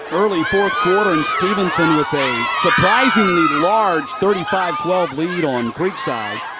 early fourth quarter and stephenson with a surprisingly large thirty five twelve lead on creekside.